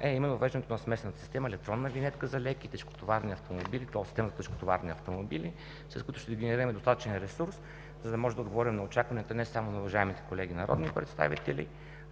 е именно въвеждането на смесената система – електронна винетка за леки и тежкотоварни автомобили и тол система за тежкотоварни автомобили, с които ще генерираме достатъчен ресурс, за да може да отговорим на очакванията не само на уважаемите колеги народни представители,